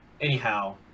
anyhow